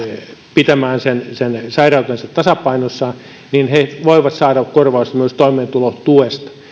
pitämään sen sen sairautensa tasapainossa ja he voivat saada korvausta myös toimeentulotuesta